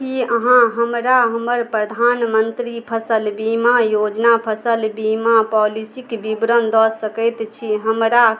की अहाँ हमरा हमर प्रधानमंत्री फसल बीमा योजना फसल बीमा पॉलिसीक बिबरण दऽ सकैत छी हमरा